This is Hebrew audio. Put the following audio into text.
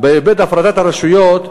הפרדת הרשויות,